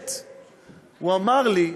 הוא אמר לי,